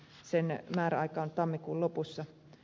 sen määräaika on tammikuun lopussa